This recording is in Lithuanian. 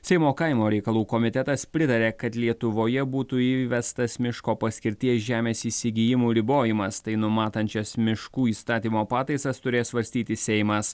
seimo kaimo reikalų komitetas pritarė kad lietuvoje būtų įvestas miško paskirties žemės įsigijimų ribojimas tai numatančias miškų įstatymo pataisas turės svarstyti seimas